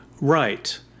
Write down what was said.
Right